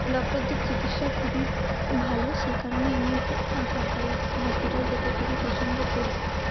ডক্টরদের চিকিৎসা খুবই ভালো সেই কারণেই আমি সরকারি হসপিটাল যেতে খুবই পছন্দ করি